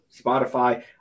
Spotify